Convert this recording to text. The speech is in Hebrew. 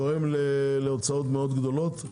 גורם להוצאות מאוד גדולות.